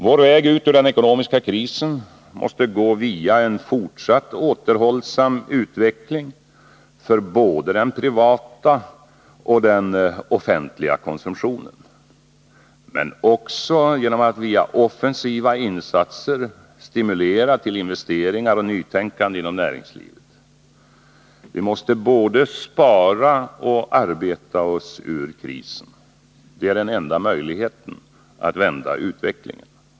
Vår väg ur den ekonomiska krisen måste gå via en fortsatt återhållsam utveckling för både den privata och den offentliga konsumtionen, men också genom att via offensiva insatser stimulera till investeringar och nytänkande inom näringslivet. Vi måste både spara och arbeta oss ur krisen. Det är den enda möjligheten att vända utvecklingen.